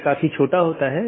यह चीजों की जोड़ता है